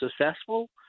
successful